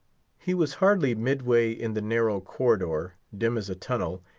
he was hardly midway in the narrow corridor, dim as a tunnel,